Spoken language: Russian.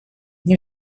вне